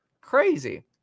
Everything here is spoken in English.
Crazy